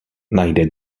najde